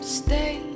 stay